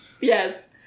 Yes